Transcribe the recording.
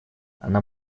она